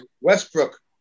Westbrook